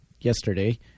yesterday